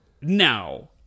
Now